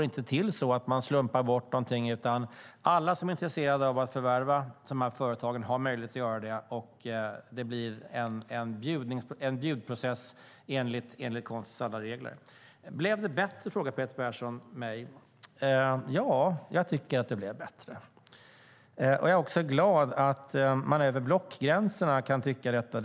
Man slumpar inte bort någonting, utan alla som är intresserade av att förvärva har möjlighet att göra det, och det blir en budprocess enligt konstens alla regler. Blev det bättre? frågar Peter Persson mig. Ja, jag tycker att det blev bättre. Jag är också glad att man över blockgränserna kan tycka detta.